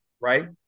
right